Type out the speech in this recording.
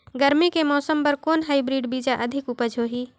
गरमी के मौसम बर कौन हाईब्रिड बीजा अधिक उपज होही?